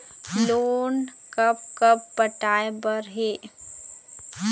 Loan कब कब पटाए बर हे?